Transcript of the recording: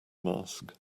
mask